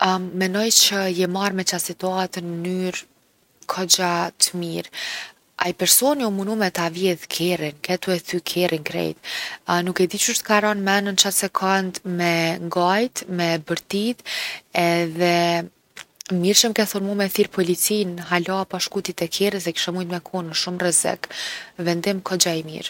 menoj që je marrë me qat situatën n’mnyrë kogja t’mirë. Ai personi u munu me ta vjedhë kerrin, ke tu e thy kerrin krejt. Nuk e di qysh t’ka ra n’men n’qat second me ngajt, me bërtit edhe mirë që m’ke thonë mu me thirr policinë hala pa shku ti te kerri se kishe mujt me kon n’shumë rrezik. Vendim kogja i mirë.